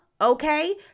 Okay